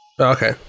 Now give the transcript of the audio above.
Okay